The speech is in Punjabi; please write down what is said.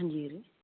ਹਾਂਜੀ ਵੀਰ